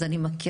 אז אני מכירה.